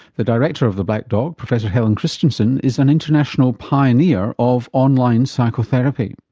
the director of the black dog, professor helen christensen, is an international pioneer of online psychotherapy.